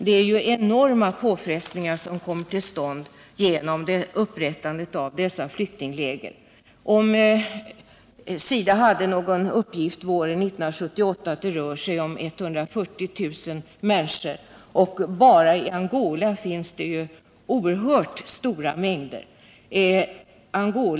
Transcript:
Det är enorma påfrestningar man har att kämpa mot i samband med upprättandet av dessa flyktingläger. SIDA hade någon uppgift våren 1978 om att det rör sig om 140 000 människor. Bara i Angola finns oerhört stora mängder flyktingar.